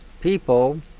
people